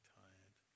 tired